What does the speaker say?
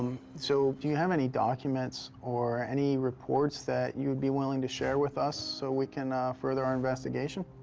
so do you have any documents or any reports that you would be willing to share with us so we can further our investigation?